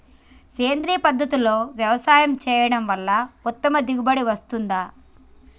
సేంద్రీయ పద్ధతుల్లో వ్యవసాయం చేయడం వల్ల ఉత్తమ దిగుబడి వస్తుందా?